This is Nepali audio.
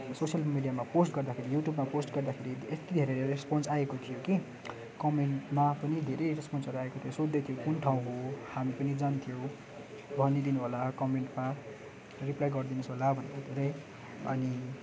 सोसल मिडियामा पोस्ट गर्दाखेरि युट्युबमा पोस्ट गर्दाखेरि यत्ति धेरै रेसपन्स आएको थियो कि कमेन्टमा पनि धेरै रेसपन्सहरू आएको थियो सोद्धै थियो कुन ठाउँ हो हामी पनि जान्थ्यौँ भनिदिनु होला कमेन्टमा रिप्लाई गरिदिनु होस् होला भनेर धेरै अनि